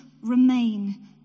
remain